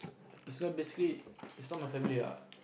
it's so basically is not my family ah